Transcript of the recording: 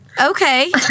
Okay